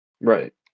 Right